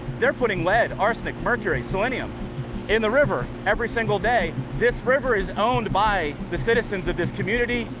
they're putting lead, arsenic, mercury, selenium in the river every single day. this river is owned by the citizens of this community,